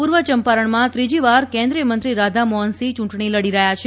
પૂર્વ ચંપારણમાં ત્રીજીવાર કેન્દ્રીયમંત્રી રાધા મોફનસિંફ ચૂંટણી લડી રહ્યા છે